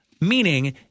Meaning